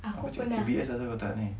aku cakap B_T_S asal kau tak ni